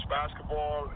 basketball